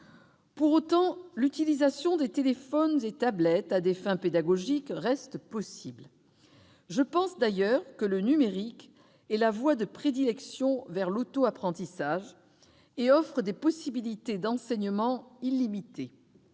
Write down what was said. Pour autant, l'utilisation des téléphones et des tablettes à des fins pédagogiques reste possible. Je pense, d'ailleurs, que le numérique est la voie de prédilection vers l'auto-apprentissage et offre des possibilités d'enseignement illimitées